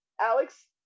alex